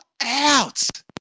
out